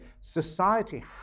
society